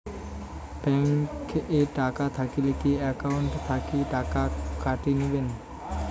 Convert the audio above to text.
Bank এ টাকা থাকিলে কি একাউন্ট থাকি টাকা কাটি নিবেন?